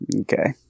Okay